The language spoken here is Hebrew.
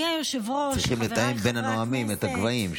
צריכים לתאם בין הנואמים את הגבהים,